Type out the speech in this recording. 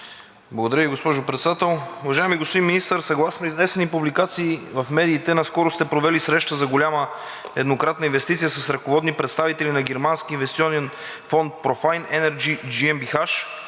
Благодаря Ви, госпожо Председател. Уважаеми господин Министър, съгласно изнесени публикации в медиите, наскоро сте провели среща за голяма еднократна инвестиция с ръководни представители на германския инвестиционен фонд Profine Energy GmbH